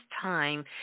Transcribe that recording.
time